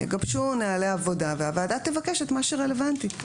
הם יגבשו נוהלי עבודה והוועדה תבקש את מה שרלוונטי.